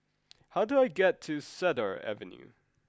how do I get to Cedar Avenue